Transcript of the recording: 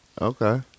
Okay